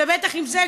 ובטח עם זה,